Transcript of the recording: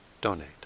donate